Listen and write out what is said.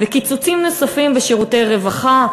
וקיצוצים נוספים בשירותי רווחה,